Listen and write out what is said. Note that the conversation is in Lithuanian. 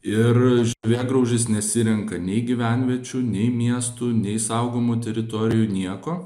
ir žievėgraužis nesirenka nei gyvenviečių nei miestų nei saugomų teritorijų nieko